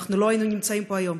אנחנו לא היינו נמצאים פה היום.